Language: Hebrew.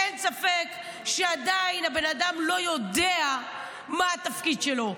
אין ספק שעדיין הבן אדם לא יודע מה התפקיד שלו.